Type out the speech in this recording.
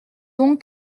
donc